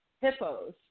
hippos